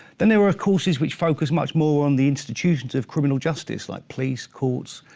then there are courses which focus much more on the institutions of criminal justice, like police, courts,